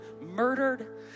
murdered